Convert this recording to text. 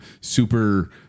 super